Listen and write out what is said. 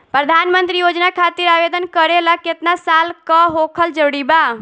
प्रधानमंत्री योजना खातिर आवेदन करे ला केतना साल क होखल जरूरी बा?